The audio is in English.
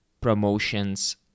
promotions